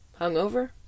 hungover